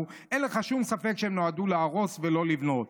אין לך שום ספק שהן נועדו להרוס ולא לבנות.